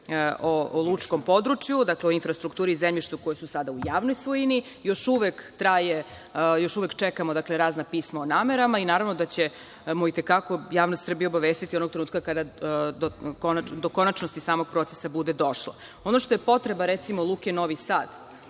o lučkom području, dakle o infrastrukturi i zemljištu koji su sada u javnoj svojini. Još uvek čekamo razna pisma o namerama i naravno da ćemo i te kako javnost Srbije obavestiti onog trenutka kada do konačnosti samog procesa bude došlo. Ono što je potreba, recimo, Luke Novi Sad